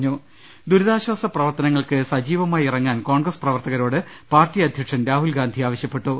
രദേവ്ട്ട്ട്ട്ട്ട്ട ദുരിതാശാസ പ്രവർത്തനങ്ങൾക്ക് സജീവമായി ഇറങ്ങാൻ കോൺഗ്രസ് പ്രവർത്തകരോട് പാർട്ടി അധൃക്ഷൻ രാഹുൽഗാന്ധി ആവശ്യപ്പെട്ടു